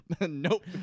Nope